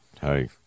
hey